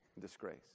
disgrace